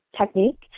technique